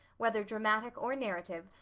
whether dramatic or narrative,